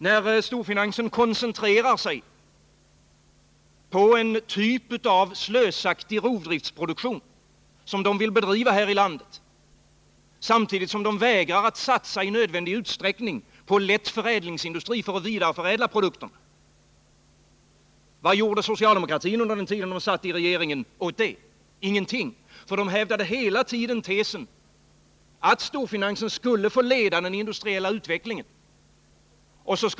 När storfinansen koncentrerar sig på en typ av slösaktig rovdriftsproduktion, samtidigt som man vägrar att i nödvändig utsträckning satsa på en industri för att vidareförädla produkterna, vad gör socialdemokratin medan den sitter i regeringen? Ingenting! Den hävdar hela tiden tesen att storfinansen skall få leda den industriella utvecklingen.